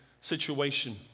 situation